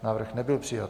Návrh nebyl přijat.